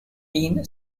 dean